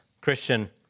Christian